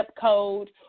code